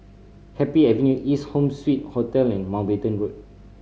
Happy Avenue East Home Suite Hotel and Mountbatten Road